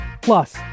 Plus